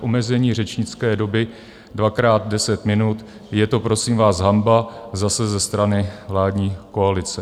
Omezení řečnické doby na dvakrát deset minut, je to, prosím vás, hanba zase ze strany vládní koalice.